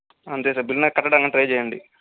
అంతే బిల్లా కట్టడానికి ట్రై చేయండి